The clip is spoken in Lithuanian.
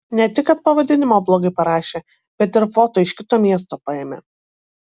ne tik kad pavadinimą blogai parašė bet ir foto iš kito miesto paėmė